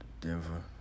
Denver